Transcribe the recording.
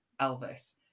Elvis